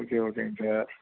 okay ஓகேங்க sir